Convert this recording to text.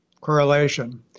correlation